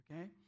okay